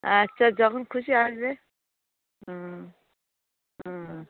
আচ্ছা যখন খুশি আসবে হুম হুম